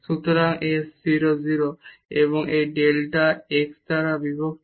সুতরাং f 0 0 delta x দ্বারা বিভক্ত